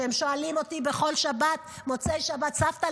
כשהם שואלים אותי בכל מוצאי שבת: סבתא,